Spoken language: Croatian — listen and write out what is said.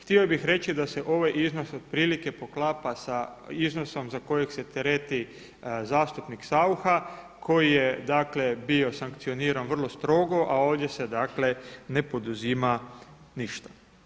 Htio bih reći da se ovaj iznos otprilike poklapa sa iznosom za kojeg se tereti zastupnik Saucha koji je bio sankcioniran vrlo strogo, a ovdje se ne poduzima ništa.